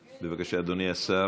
בבקשה, אדוני השר.